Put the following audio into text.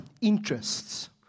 interests